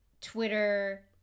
Twitter